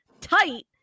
tight